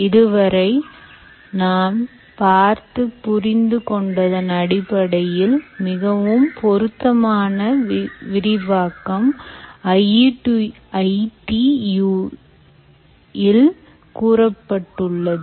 இதுவரை நான் பார்த்து புரிந்து கொண்டதன் அடிப்படையில் மிகவும் பொருத்தமான விரிவாக்கம் ஐ டி யு இல் கூறப்பட்டுள்ளது